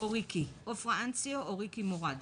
ריקי מורד